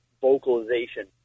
vocalization